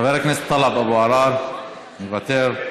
חבר הכנסת טלב אבו-עראר, מוותר.